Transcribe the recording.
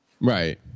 Right